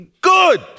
good